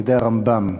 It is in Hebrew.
על-ידי הרמב"ם,